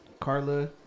Carla